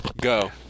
Go